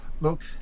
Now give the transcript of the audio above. look